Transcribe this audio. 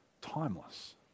timeless